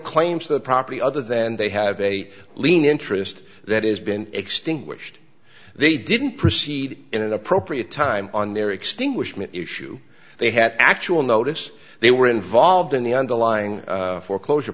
claim to the property other than they have a lien interest that is been extinguished they didn't proceed in an appropriate time on their extinguishment issue they had actual notice they were involved in the underlying foreclosure